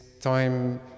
time